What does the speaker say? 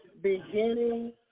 beginning